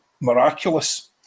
miraculous